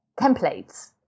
templates